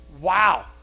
Wow